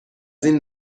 این